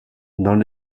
dans